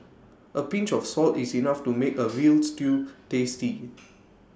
A pinch of salt is enough to make A Veal Stew tasty